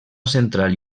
central